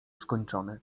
skończony